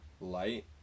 light